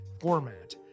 format